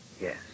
Yes